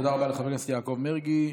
תודה רבה לחבר הכנסת יעקב מרגי.